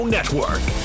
Network